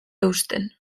eusten